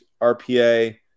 RPA –